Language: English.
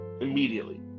immediately